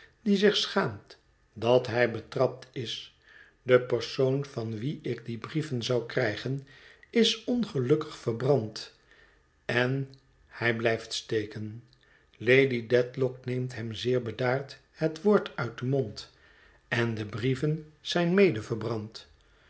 die zich schaamt dat hij betrapt is de persoon van wien ik dio brieven zou krijgen is ongelukkig verbrand en hij blijft steken lady dedlock neemt hem zeer bedaard het woord uit den mond en de brieven zijn mede verbrand